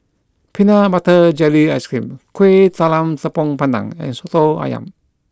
Peanut Butter Jelly Ice Cream Kuih Talam Tepong Pandan and Soto Ayam